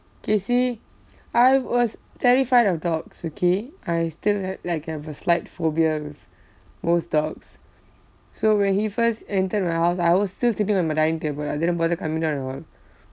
casey I was terrified of dogs okay I still have like I've a slight phobia with most dogs so when he first entered my house I was still sitting on my dining table I didn't bother coming out at all